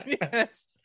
Yes